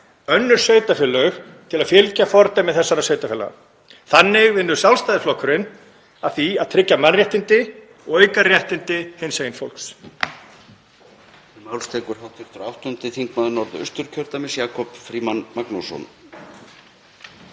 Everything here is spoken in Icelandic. önnur sveitarfélög til að fylgja fordæmi þessara sveitarfélaga. Þannig vinnur Sjálfstæðisflokkurinn að því að tryggja mannréttindi og auka réttindi hinsegin fólks.